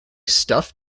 stuff